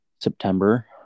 september